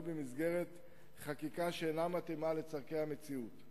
במסגרת חקיקה שאינה מתאימה לצורכי המציאות.